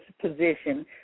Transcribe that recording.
position